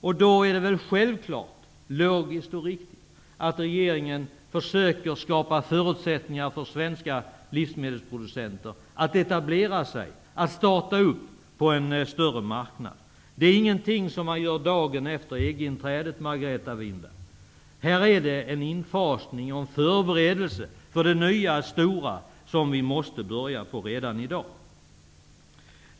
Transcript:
Det är då självklart, logiskt och riktigt att regeringen försöker skapa förutsättningar för svenska livsmedelsproducenter att etablera sig och starta på en större marknad. Det är ingenting som man gör dagen efter EG-inträdet, Margareta Winberg. Det är fråga om en infasning och en förberedelse för det nya och stora, som vi måste påbörja redan i dag.